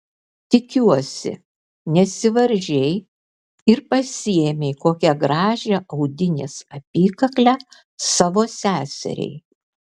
tikiuosi nesivaržei ir pasiėmei kokią gražią audinės apykaklę savo seseriai